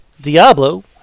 Diablo